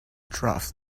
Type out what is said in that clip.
draughts